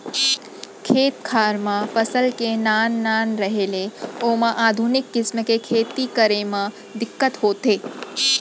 खेत खार म फसल के नान नान रहें ले ओमा आधुनिक किसम के खेती करे म दिक्कत होथे